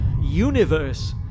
universe